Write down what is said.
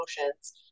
emotions